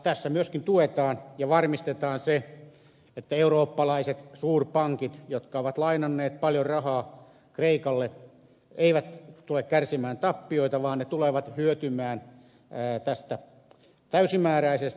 tässä myöskin tuetaan sitä ja varmistetaan se että eurooppalaiset suurpankit jotka ovat lainanneet paljon rahaa kreikalle eivät tule kärsimään tappiota vaan ne tulevat hyötymään tästä täysimääräisesti